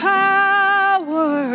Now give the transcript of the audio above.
power